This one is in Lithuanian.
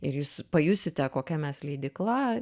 ir jūs pajusite kokia mes leidykla